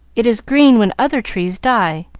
it is green when other trees die,